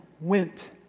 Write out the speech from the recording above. went